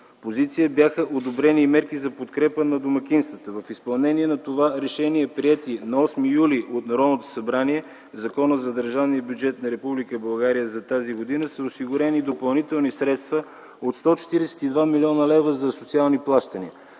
позиция бяха одобрени и мерки за подкрепа на домакинствата. В изпълнение на това решение в приетия на 8 юли 2010 г. от Народното събрание Закон за държавния бюджет на Република България за тази година са осигурени допълнителни средства от 142 млн. лв. за социални плащания.